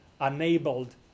enabled